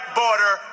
border